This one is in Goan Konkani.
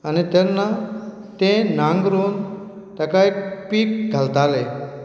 आनी तेन्ना तें नांगरून ताका एक पीक घालताले